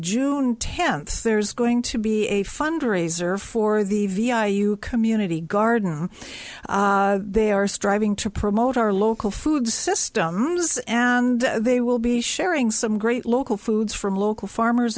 june tenth there's going to be a fundraiser for the vi you community garden they are striving to promote our local food systems and they will be sharing some great local foods from local farmers